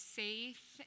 safe